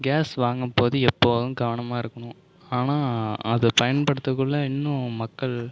case வாங்கும் போது எப்பவும் கவனமாக இருக்கணும் ஆனால் அதை பயன்படுத்தகுள்ளே இன்னும் மக்கள்